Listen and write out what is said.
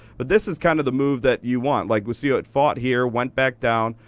but this is kind of the move that you want. like, we see how it fought here, went back down,